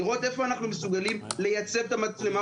לראות איפה אנחנו מסוגלים לייצב את המצלמה,